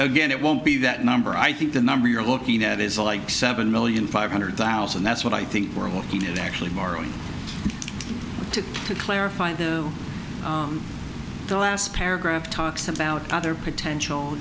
again it won't be that number i think the number you're looking at is like seven million five hundred thousand that's what i think we're looking at actually borrowing to clarify and the last paragraph talks about other potential